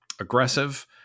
aggressive